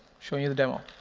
show you the demo.